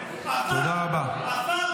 באת.